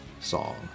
song